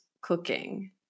cooking